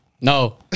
No